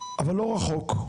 אבל לא רחוק,